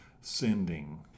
sending